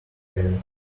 air